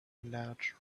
large